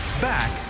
Back